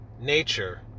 nature